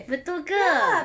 betul ke